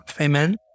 Amen